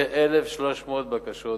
כ-1,300 בקשות בלבד.